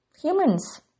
humans